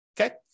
Okay